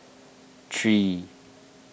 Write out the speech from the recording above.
three